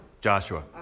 Joshua